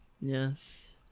Yes